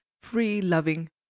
free-loving